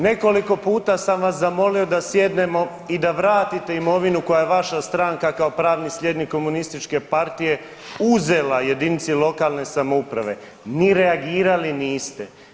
Nekoliko puta sam vas zamolio i da vratite imovinu koja je vaša stranka kao pravni slijednik komunističke partije uzela jedinici lokalne samouprave, ni reagirali niste.